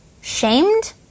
shamed